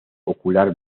ocular